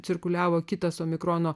cirkuliavo kitas omikrono